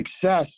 success